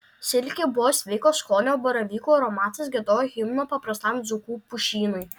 silkė buvo sveiko skonio o baravykų aromatas giedojo himną paprastam dzūkų pušynui